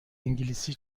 انگلیسی